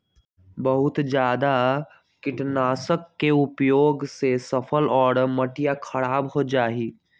बहुत जादा कीटनाशक के उपयोग से फसल और मटिया खराब हो जाहई